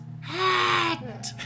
hat